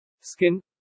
skin